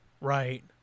right